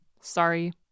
sorry